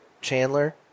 Chandler